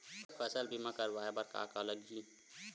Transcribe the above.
फसल बीमा करवाय बर का का लगही?